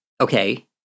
Okay